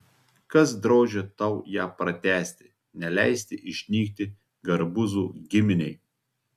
kas draudžia tau ją pratęsti neleisti išnykti garbuzų giminei